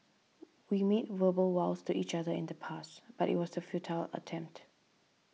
we made verbal vows to each other in the past but it was a futile attempt